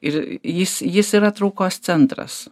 ir jis jis yra traukos centras